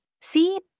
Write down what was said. See